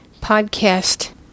podcast